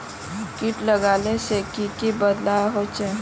किट लगाले से की की बदलाव होचए?